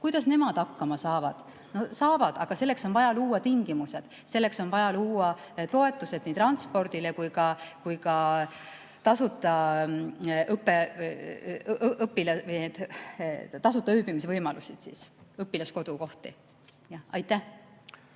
Kuidas nemad hakkama saavad? Saavad, aga selleks on vaja luua tingimused. Selleks on vaja luua toetused nii transpordile kui ka tasuta ööbimisvõimalused, õpilaskodukohad. Margit